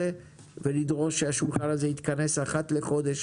ונדרוש שהשולחן הזה יתכנס אחת לחודש